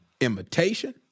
imitation